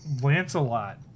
Lancelot